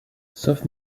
sauf